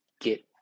get